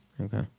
Okay